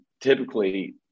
typically